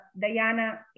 Diana